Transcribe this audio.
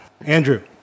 Andrew